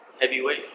heavyweight